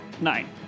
Nine